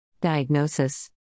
Diagnosis